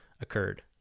occurred